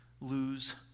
lose